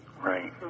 right